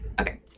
Okay